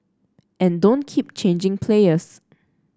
and don't keep changing players